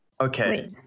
Okay